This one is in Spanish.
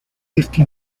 éste